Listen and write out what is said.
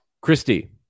Christy